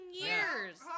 years